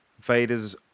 Vader's